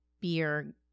Beer